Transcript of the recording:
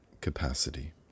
capacity